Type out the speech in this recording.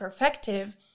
perfective